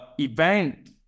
event